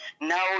now